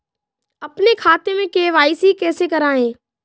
अपने खाते में के.वाई.सी कैसे कराएँ?